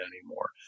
anymore